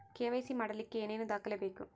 KYC ಮಾಡಲಿಕ್ಕೆ ಏನೇನು ದಾಖಲೆಬೇಕು?